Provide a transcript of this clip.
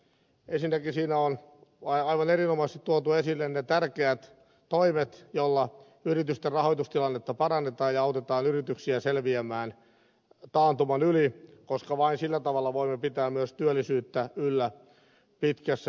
ensinnäkin siinä on aivan erinomaisesti tuotu esille ne tärkeät toimet joilla yritysten rahoitustilannetta parannetaan ja autetaan yrityksiä selviämään taantuman yli koska vain sillä tavalla voimme pitää myös työllisyyttä yllä pitkässä juoksussa